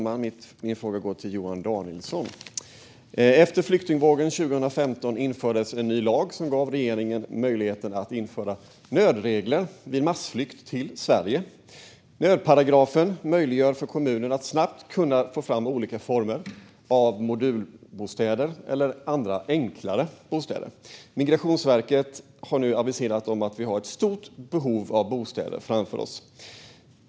Fru talman! Min fråga går till Johan Danielsson. Efter flyktingvågen 2015 infördes en ny lag som gav regeringen möjligheten att införa nödregler vid massflykt till Sverige. Nödparagrafen möjliggör för kommuner att snabbt få fram olika former av modulbostäder eller andra enklare bostäder. Migrationsverket har aviserat att vi har ett stort behov av bostäder framöver.